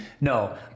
No